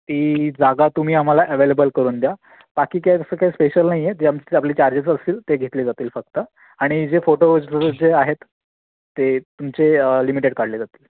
ती जागा तुम्ही आम्हाला अवेलेबल करून द्या बाकी काही तसं काही स्पेशल नाही आहे जे आमचे आपली चार्जेस असतील ते घेतले जातील फक्त आणि जे फोटोज जे आहेत ते तुमचे लिमिटेड काढले जातील